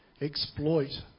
exploit